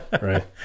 right